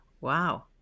Wow